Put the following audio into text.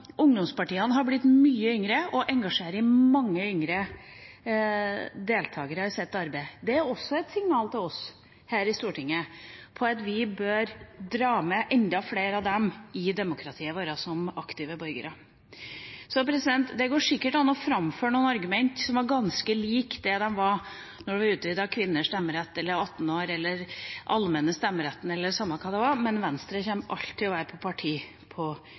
har blitt mye yngre og engasjerer mange yngre deltakere i sitt arbeid. Det er også et signal til oss her i Stortinget om at vi bør dra med enda flere av dem som aktive borgere i demokratiet vårt. Det går sikkert an å framføre noen argument som er ganske lik dem som var da vi utvidet stemmeretten til å gjelde kvinner, eller 18-åringer, eller den allmenne stemmeretten – eller samme hva det var – men Venstre kommer alltid til å være på parti